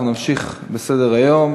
אנחנו נמשיך בסדר-היום.